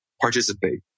participate